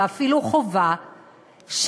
ואפילו חובה,